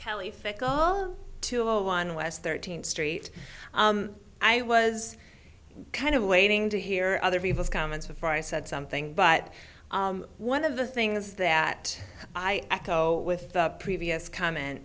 kelly fickle to a one west thirteenth street i was kind of waiting to hear other people's comments before i said something but one of the things that i echo with the previous comment